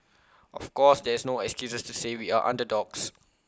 of course there is no excuses to say we are underdogs